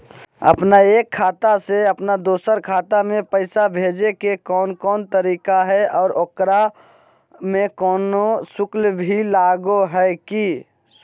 अपन एक खाता से अपन दोसर खाता में पैसा भेजे के कौन कौन तरीका है और ओकरा में कोनो शुक्ल भी लगो है की?